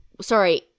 sorry